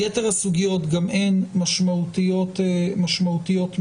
יתר הסוגיות גם הן משמעותיות מאוד.